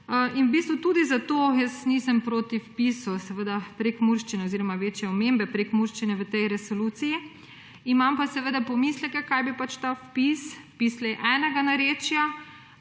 In v bistvu tudi zato jaz nisem proti vpisu seveda prekmurščine oziroma večje omembe prekmurščine v tej resoluciji. Imam pa seveda pomisleke kaj bi pač ta vpis – vpis le enega narečja